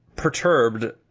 perturbed